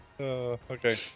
Okay